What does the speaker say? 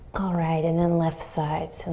alright, and then left side.